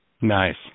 Nice